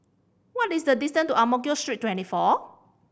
what is the distance to Ang Mo Kio Street Twenty four